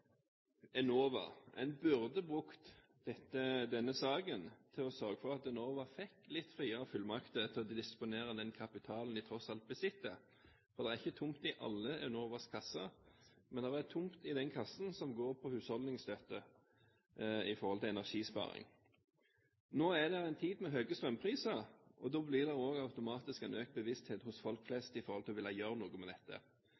Enova: En burde brukt denne saken til å sørge for at Enova fikk litt friere fullmakter til å disponere den kapitalen de tross alt besitter. Det er ikke tomt i alle Enovas kasser, men det er tomt i den kassen som gjelder husholdningsstøtte i forhold til energisparing. Nå er det en tid med høye strømpriser, og da blir det også automatisk en økt bevissthet hos folk